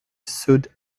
sud